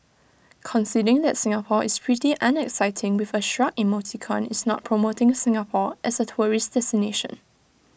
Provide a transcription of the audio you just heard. conceding that Singapore is pretty unexciting with A shrug emoticon is not promoting Singapore as A tourist destination